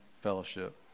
fellowship